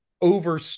over